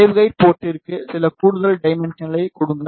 wave kite போர்ட்டிற்கு சில கூடுதல் டைமென்ஷன்களை கொடுங்கள்